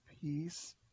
peace